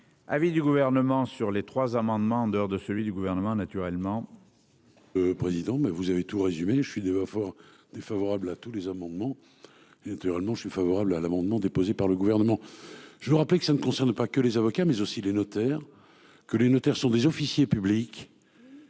vis du gouvernement sur les trois amendements en dehors de celui du gouvernement naturellement. Président mais vous avez tout résumé. Je suis débat fort défavorable à tous les amendements. Naturellement, je suis favorable à l'amendement déposé par le gouvernement. Je veux rappeler que ça ne concerne pas que les avocats mais aussi les notaires, que les notaires sont des officiers publics.